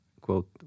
Quote